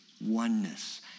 oneness